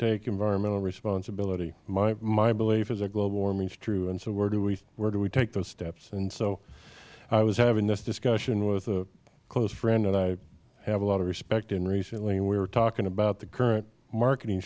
take environmental responsibility my belief is that global warming is true and so where do we take those steps and so i was having this discussion with a close friend that i have a lot of respect in recently and we were talking about the current marketing